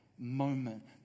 Moment